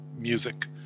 music